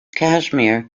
kashmir